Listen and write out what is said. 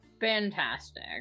Fantastic